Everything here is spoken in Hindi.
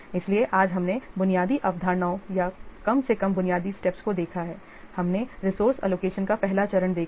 इसलिए आज हमने बुनियादी अवधारणाओं या कम से कम बुनियादी स्टेप्स को देखा है हमने रिसोर्स एलोकेशन का पहला चरण देखा है